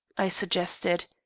i suggested.